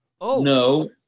No